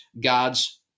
God's